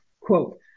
Quote